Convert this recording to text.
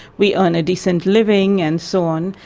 we earn a decent living and so on,